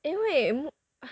因为目